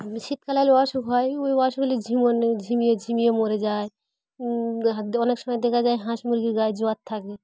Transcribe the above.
শীতকাল এলে অসুখ হয় ওই অশুখ হলে ঝিম ঝিমিয়ে ঝিমিয়ে মরে যায় অনেক সময় দেখা যায় হাঁস মুরগির গায়ে জ্বর থাকে